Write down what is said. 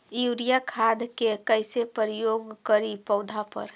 Urea खाद के कैसे प्रयोग करि पौधा पर?